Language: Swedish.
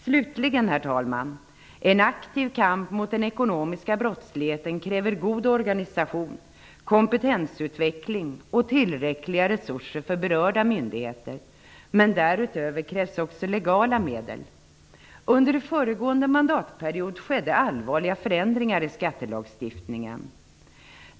Slutligen, herr talman, kräver en aktiv kamp mot den ekonomiska brottsligheten en god organisation, kompetensutveckling och tillräckliga resurser för berörda myndigheter. Men därutöver krävs också legala medel. Under föregående mandatperiod skedde allvarliga förändringar i skattelagstiftningen.